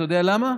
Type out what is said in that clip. אתה יודע למה?